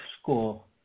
school